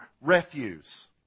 refuse